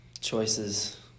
Choices